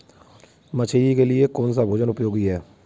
मछली के लिए कौन सा भोजन उपयोगी है?